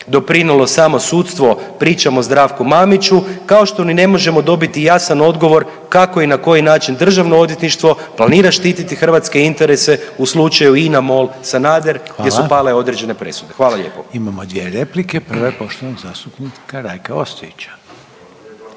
doprinijelo samo sudstvo, pričam o Zdravku Mamiću, kao što ni ne možemo dobiti jasan odgovor kako i na koji način državno odvjetništvo planira štititi hrvatske interese u slučaju INA Mol Sanader …/Upadica: Hvala./… gdje su pale određene presude. Hvala lijepo. **Reiner, Željko (HDZ)** Imamo dvije replike, prva je poštovanog zastupnika Rajka Ostojića.